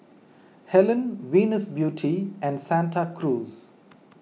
Helen Venus Beauty and Santa Cruz